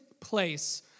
place